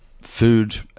food